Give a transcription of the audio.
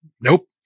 Nope